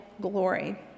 glory